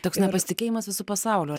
toks nepasitikėjimas visu pasauliu